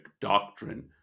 doctrine